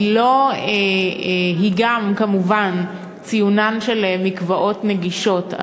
היא גם כמובן ציונן של מקוואות נגישות,